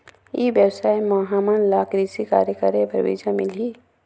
ई व्यवसाय म हामन ला कृषि कार्य करे बर बीजा मिलही?